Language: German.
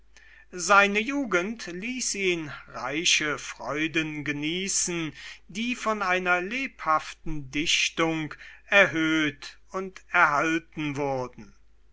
seine jugend ließ ihn reiche freuden genießen die von einer lebhaften dichtung erhöht und erhalten wurden